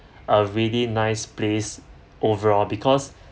a really nice place overall because